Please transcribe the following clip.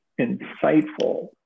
insightful